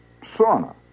sauna